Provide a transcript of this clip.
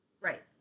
right